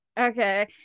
okay